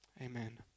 Amen